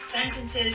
Sentences